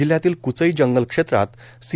जिल्ह्यातील क्चई जंगल क्षेत्रात सी